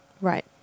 Right